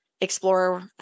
explore